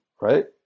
right